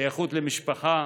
שייכות למשפחה,